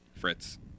Fritz